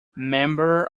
member